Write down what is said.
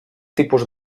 tipus